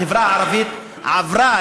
החברה הערבית עברה,